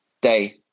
day